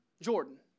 Jordan